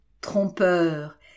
Trompeur